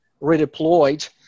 redeployed